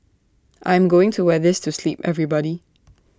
I am going to wear this to sleep everybody